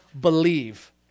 believe